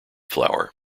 flour